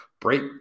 break